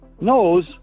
knows